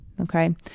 Okay